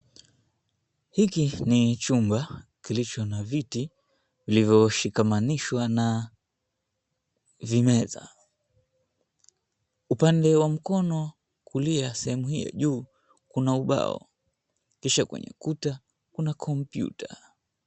Hiki ni chumba kilicho na viti vilivyo shikamanishwa na vimeza. Upande wa mkono wa kulia sehemu ya juu kuna ubao kisha kwenye kuta kuna komputa.